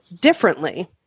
differently